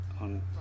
on